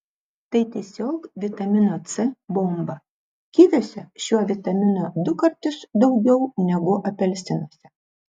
tai tiesiog vitamino c bomba kiviuose šio vitamino du kartus daugiau negu apelsinuose